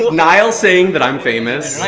niall saying that i'm famous. i'm